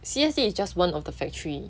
C_S_C it's just one of the factory